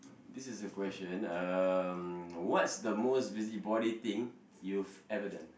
this is a question um what's the most busybody thing you've ever done